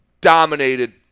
dominated